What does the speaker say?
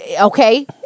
Okay